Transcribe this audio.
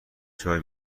چای